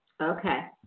Okay